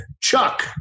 Chuck